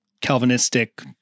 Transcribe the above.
Calvinistic